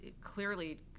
Clearly